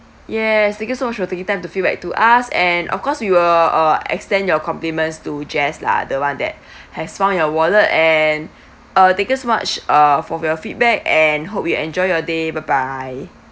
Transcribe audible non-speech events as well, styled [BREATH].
yes thank you so much for taking time to feedback to us and of course we will uh extend your compliments to jess lah the one that [BREATH] has found your wallet and uh thank you so much uh for your feedback and hope you enjoy your day bye bye